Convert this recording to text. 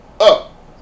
up